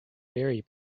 berry